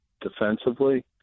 defensively